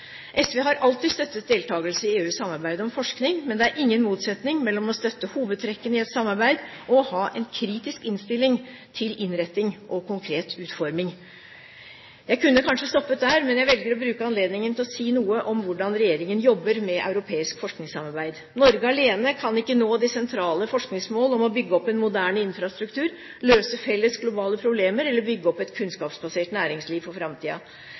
SV har alltid støttet deltagelse i EUs samarbeid om forskning. Men det er ingen motsetning mellom å støtte hovedtrekkene i et samarbeid og å ha en kritisk innstilling til innretting og konkret utforming. Jeg kunne kanskje stoppet der, men jeg velger å bruke anledningen til å si noe om hvordan regjeringen jobber med europeisk forskningssamarbeid. Norge alene kan ikke nå de sentrale forskningsmål om å bygge opp en moderne infrastruktur, løse felles globale problemer eller bygge opp et kunnskapsbasert næringsliv for